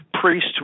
priest